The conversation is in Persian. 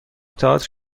تئاتر